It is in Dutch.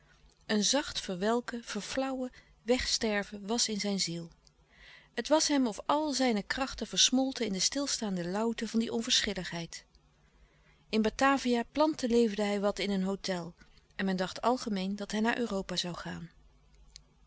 een zacht verwelken verflauwen wegsterven louis couperus de stille kracht was in zijn ziel het was hem of al zijne krachten versmolten in de stilstaande lauwte van die onverschilligheid in batavia planteleefde hij wat in een hôtel en men dacht algemeen dat hij naar europa zoû gaan